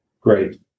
great